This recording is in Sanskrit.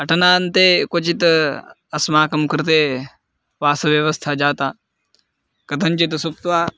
अटनान्ते क्वचित् अस्माकं कृते वासव्यवस्था जाता कथञ्चित् सुप्त्वा